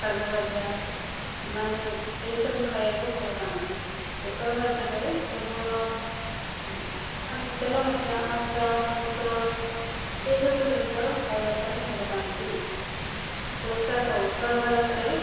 ଶାଗ ଭଜା ମାନେ ଏସବୁ ଖାଇବାକୁ ଭଲ ପାଆନ୍ତି ଉତ୍ତର ଭାରତରେ କେବଳ ଆ ଆମେ ତେଲ ମସଲା ମାଛ ମାଂସ ଏସବୁ ଜିନିଷ ଖାଇବା ପାଇଁ ଭଲ ପାଆନ୍ତି ପୋଷାକ ଉତ୍ତର ଭାରତରେ